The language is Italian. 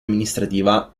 amministrativa